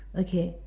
okay